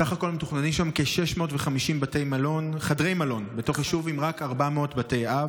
סך הכול מתוכננים שם כ-650 חדרי מלון בתוך יישוב עם רק 400 בתי אב.